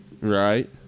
Right